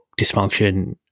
dysfunction